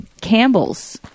campbells